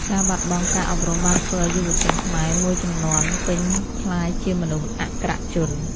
ការបាត់បង់ការអប់រំបានធ្វើឱ្យយុវជនខ្មែរមួយជំនាន់ពេញក្លាយជាមនុស្សអក្ខរជន។